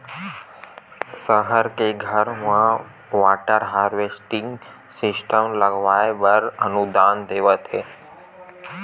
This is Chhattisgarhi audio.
सहर के घर म वाटर हारवेस्टिंग सिस्टम लगवाए बर अनुदान देवत हे